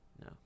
No